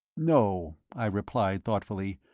no, i replied, thoughtfully,